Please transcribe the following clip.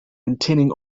maintaining